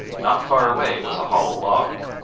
not far away was a hollow log.